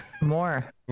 more